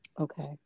Okay